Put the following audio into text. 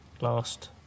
last